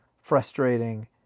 frustrating